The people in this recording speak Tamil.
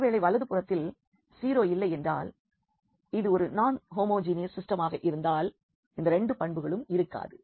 ஒருவேளை வலதுபுறத்தில் 0 இல்லையென்றால் இது ஒரு நான் ஹோமோஜீனியஸ் சிஸ்டமாக இருந்தால் இந்த 2 பண்புகளும் இருக்காது